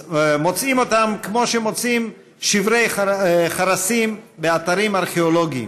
מוצאים אותה כמו שמוצאים שברי חרסים באתרים ארכיאולוגיים.